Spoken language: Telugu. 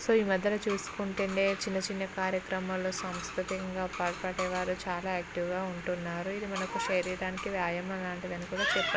సో ఈ మధ్యన చూసుకుంటే చిన్నచిన్న కార్యక్రమాలలో సాంస్కృతికంగా పాల్గొనే వాళ్ళు చాలా యాక్టివ్గా ఉంటున్నారు ఇది మనకు శరీరానికి వ్యాయామం లాంటిది అని కూడా చెప్పారు